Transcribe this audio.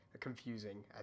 confusing